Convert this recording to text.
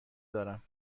دارم